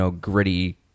gritty